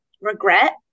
regret